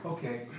Okay